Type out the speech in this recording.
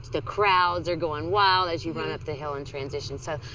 the crowds are going wild as you run up the hill and transition. so,